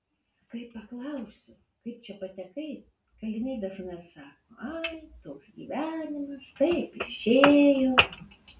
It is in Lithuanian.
kai paklausiu kaip čia patekai kaliniai dažnai atsako ai toks gyvenimas taip išėjo